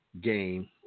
game